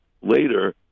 later